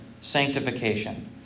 sanctification